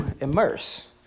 immerse